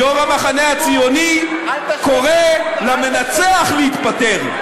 יושב-ראש המחנה הציוני, קורא למנצח להתפטר.